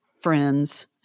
friends